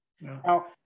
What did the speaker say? Now